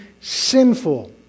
sinful